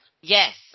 Yes